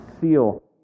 seal